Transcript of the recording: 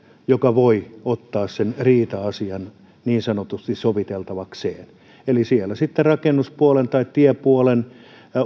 joka voi ottaa riita asian niin sanotusti soviteltavakseen eli rakennuspuolen tai tiepuolen